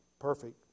perfect